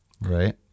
Right